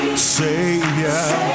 Savior